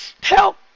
help